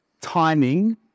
Timing